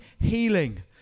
healing